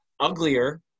uglier